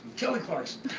kelly clarkson.